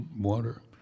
water